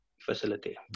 Facility